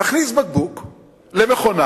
מכניס בקבוק למכונה.